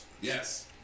Yes